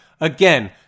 Again